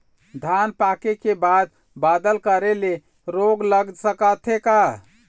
धान पाके के बाद बादल करे ले रोग लग सकथे का?